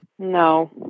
no